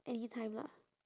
anytime lah